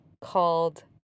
called